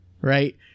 right